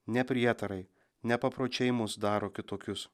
ne prietarai ne papročiai mus daro kitokius